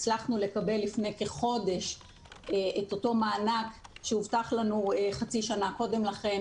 הצלחנו לקבל לפני כחודש את אותו מענק שהובטח לנו חצי שנה קודם לכן.